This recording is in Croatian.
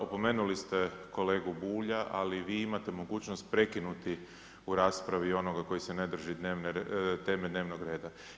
Opomenuli ste kolegu Bulja, ali i vi imate mogućnost prekinuti u raspravi onoga koji se ne drži teme dnevnog reda.